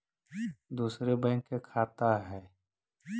दुसरे बैंक के खाता हैं?